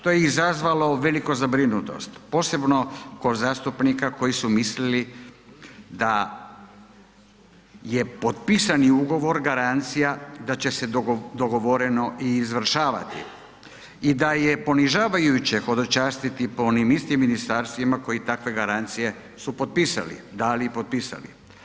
To je izazvalo veliku zabrinutost, posebno kod zastupnika koji su mislili da je potpisani ugovor garancija da će se dogovoreno i izvršavati i da je ponižavajuće hodočastiti po onim istim ministarstvima koji takve garancije su potpisali, dali i potpisali.